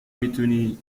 میتونی